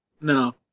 No